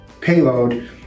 payload